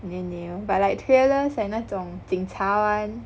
but like thrillers and 那种警察 [one]